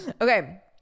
Okay